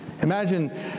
Imagine